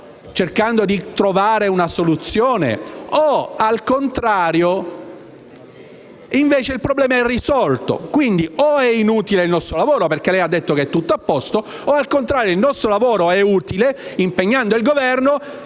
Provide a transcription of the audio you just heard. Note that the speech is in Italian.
cercando di trovare una soluzione; oppure, al contrario, il problema è risolto. Quindi, o è inutile il nostro lavoro, perché lei ha detto che è tutto a posto; o, al contrario, se il nostro lavoro è utile e impegna il Governo,